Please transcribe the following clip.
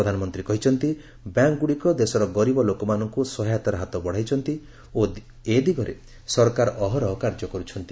ପ୍ରଧାନମନ୍ତ୍ରୀ କହିଚ୍ଚନ୍ତି ବ୍ୟାଙ୍କଗୁଡ଼ିକ ଦେଶର ଗରିବ ଲୋକମାନଙ୍କୁ ସହାୟତାର ହାତ ବଢ଼ାଇଛନ୍ତି ଓ ଏ ଦିଗରେ ସରକାର ଅହରହ କାର୍ଯ୍ୟ କରୁଛନ୍ତି